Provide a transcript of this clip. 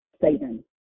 Satan